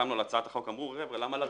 שהחתמנו על הצעת החוק אמרו: רגע, למה לריב?